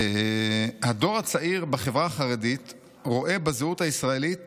"הדור הצעיר בחברה החרדית רואה בזהות הישראלית